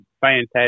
fantastic